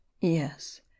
Yes